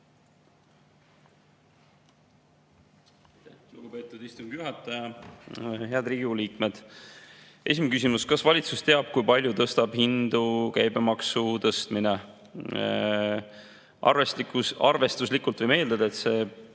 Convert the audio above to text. Lugupeetud istungi juhataja! Head Riigikogu liikmed! Esimene küsimus: "Kas valitsus teab, kui palju tõstab hindu käibemaksu tõstmine?" Arvestuslikult võime eeldada, et see